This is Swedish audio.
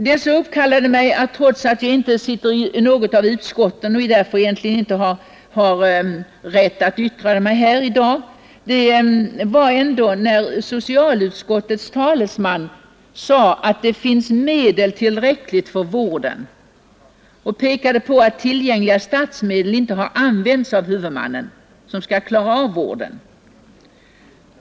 Det som uppkallade mig, trots att jag inte sitter i något av utskotten och därför egentligen inte borde yttra mig här i dag, var att socialutskottets talesman sade, att det fanns medel tillräckliga för vården, och pekade på att tillgängliga statsmedel inte har använts av huvudmannen, som skall klara av vården.